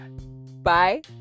bye